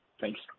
Thanks